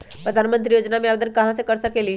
प्रधानमंत्री योजना में आवेदन कहा से कर सकेली?